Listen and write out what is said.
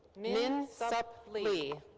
min sup lee.